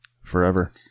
Forever